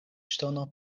ŝtono